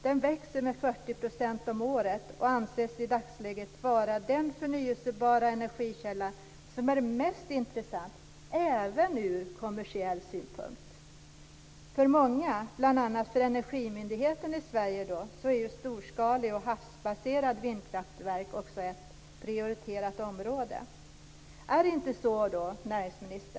Den växer med 40 % om året och anses i dagsläget vara den förnybara energikälla som är mest intressant, även ur kommersiell synpunkt. För många, bl.a. energimyndigheten i Sverige, är storskaliga och havsbaserade vindkraftverk också ett prioriterat område.